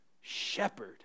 Shepherd